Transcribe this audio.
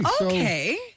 Okay